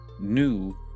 new